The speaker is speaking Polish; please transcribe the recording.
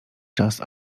czas